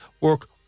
work